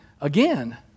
again